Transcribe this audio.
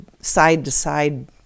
side-to-side